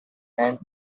and